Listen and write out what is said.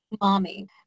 mommy